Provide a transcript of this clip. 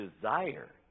desire